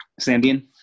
Sandian